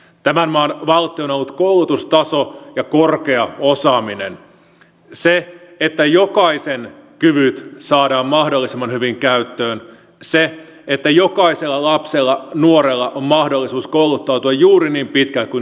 tämän maan valtti on ollut koulutustaso ja korkea osaaminen se että jokaisen kyvyt saadaan mahdollisimman hyvin käyttöön se että jokaisella lapsella nuorella on mahdollisuus kouluttautua juuri niin pitkälle kuin itse tahtoo